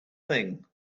thing